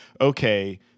okay